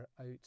out